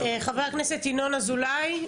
חבר הכנסת, ינון אזולאי.